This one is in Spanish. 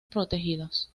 protegidos